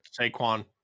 Saquon